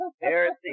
embarrassing